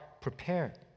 prepared